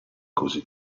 così